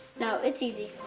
no, it's easy.